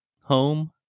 home